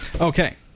Okay